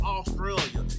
Australia